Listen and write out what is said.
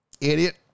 idiot